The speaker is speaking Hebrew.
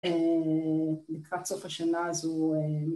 לקראת סוף השנה הזו